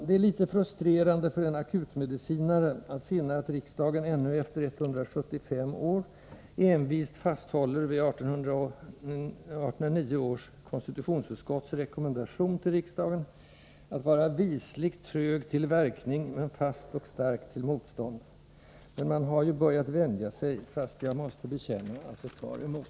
Det är litet frustrerande för en akutmedicinare att finna att riksdagen ännu efter 175 år envist fasthåller vid 1809 års konstitutionsut skotts rekommendation till riksdagen att vara ”visligt trög till verkning, men fast och stark till motstånd”. Men man har ju börjat vänja sig, fast jag måste bekänna att det tar emot.